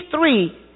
three